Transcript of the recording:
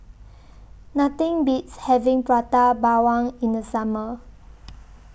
Nothing Beats having Prata Bawang in The Summer